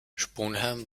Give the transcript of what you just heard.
sponheim